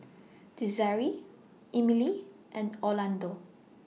Desiree Emile and Orlando